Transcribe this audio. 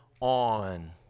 on